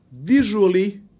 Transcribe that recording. visually